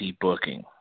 booking